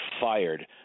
fired